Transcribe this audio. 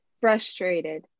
frustrated